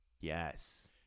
yes